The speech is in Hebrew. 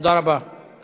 הרווחה והבריאות נתקבלה.